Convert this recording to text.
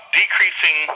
decreasing